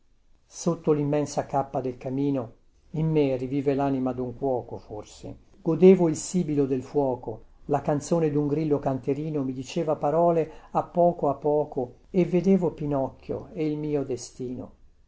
sotto limmensa cappa del camino godevo il sibilo del fuoco la canzone dun grillo canterino mi diceva parole a poco a poco e vedevo pinocchio e il mio destino